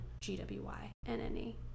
G-W-Y-N-N-E